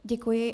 Děkuji.